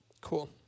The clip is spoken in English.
Cool